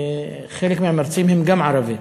וחלק מהמרצים הם גם ערבים.